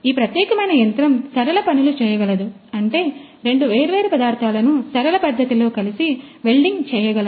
ఈ ప్రత్యేకమైన యంత్రం సరళ పనులు చేయగలదు అంటే రెండు వేర్వేరు పదార్థాలను సరళ పద్ధతిలో కలిసి వెల్డింగ్ చేయగలవు